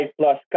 plus